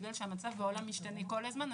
בגלל שהמצב בעולם משתנה כל הזמן,